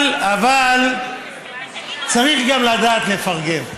אבל צריך גם לדעת לפרגן.